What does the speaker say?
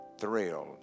thrilled